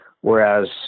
whereas